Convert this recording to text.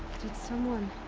did someone.